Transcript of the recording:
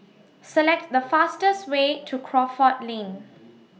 Select The fastest Way to Crawford Lane